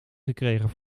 gekregen